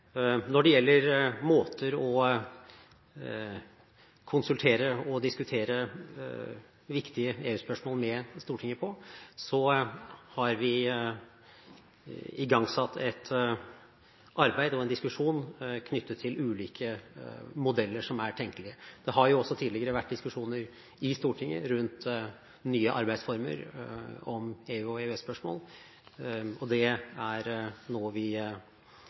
Når det gjelder måter å konsultere og diskutere viktige EU-spørsmål med Stortinget på, har vi igangsatt et arbeid og en diskusjon knyttet til ulike modeller som er tenkelige. Det har også tidligere vært diskusjoner i Stortinget rundt nye arbeidsformer om EU- og EØS-spørsmål. Det er noe vi